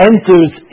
Enters